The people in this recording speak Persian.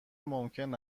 ممکن